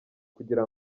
kugira